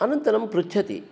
अनन्तरं पृच्छति